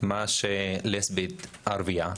לפתוח במשהו שכתבה דרוזית לסבית ערביה,